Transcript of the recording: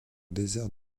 désert